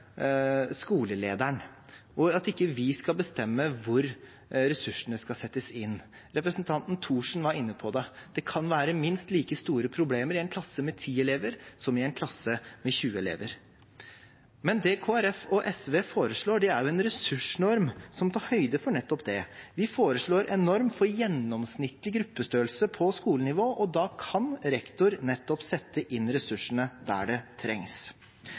skolelederen, at ikke vi skal bestemme hvor ressursene skal settes inn. Representanten Thorsen var inne på det – det kan være minst like store problemer i en klasse med 10 elever som i en klasse med 20 elever. Men det Kristelig Folkeparti og SV foreslår, er jo en ressursnorm som tar høyde for nettopp det. Vi foreslår en norm for gjennomsnittlig gruppestørrelse på skolenivå, og da kan rektor sette inn ressursene der det trengs.